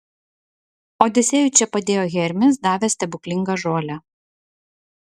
odisėjui čia padėjo hermis davęs stebuklingą žolę